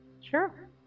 Sure